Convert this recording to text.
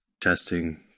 testing